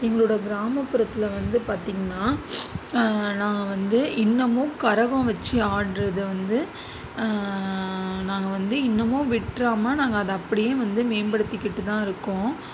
எங்களோடய கிராமபுறத்தில் வந்து பார்த்திங்கன்னா நாங்கள் வந்து இன்னுமு கரகம் வச்சு ஆடுவது வந்து நாங்கள் வந்து இன்னுமும் விட்டுராம நாங்கள் அதை அப்படியே வந்து மேம்படுத்திக்கிட்டு தான் இருக்கோம்